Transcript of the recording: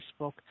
Facebook